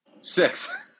six